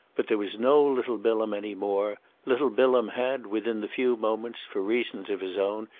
but there was no little bilham any more little bilham had within the few moments, for reasons of his own,